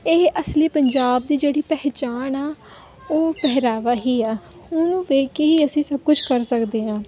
ਇਹ ਅਸਲੀ ਪੰਜਾਬ ਦੀ ਜਿਹੜੀ ਪਹਿਚਾਣ ਆ ਉਹ ਪਹਿਰਾਵਾ ਹੀ ਆ ਉਹਨੂੰ ਵੇਖ ਕੇ ਹੀ ਅਸੀਂ ਸਭ ਕੁਛ ਕਰ ਸਕਦੇ ਹਾਂ